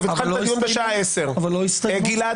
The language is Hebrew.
והתחלנו את הדיון בשעה 10:00. אבל --- גלעד,